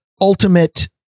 ultimate